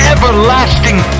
Everlasting